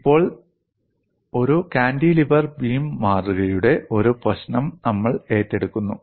ഇപ്പോൾ ഒരു cantilever beam മാതൃകയുടെ ഒരു പ്രശ്നം നമ്മൾ ഏറ്റെടുക്കുന്നു